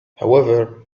however